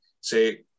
say